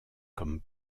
comme